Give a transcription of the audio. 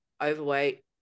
overweight